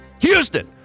Houston